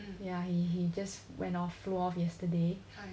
ya he he just went off flew off yesterday